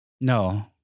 No